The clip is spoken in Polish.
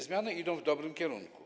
Zmiany idą w dobrym kierunku.